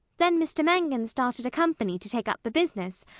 then mr. mangan started a company to take up the business,